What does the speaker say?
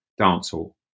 dancehall